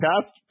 cast